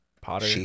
Potter